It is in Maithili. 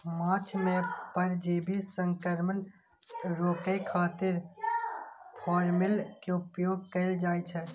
माछ मे परजीवी संक्रमण रोकै खातिर फॉर्मेलिन के उपयोग कैल जाइ छै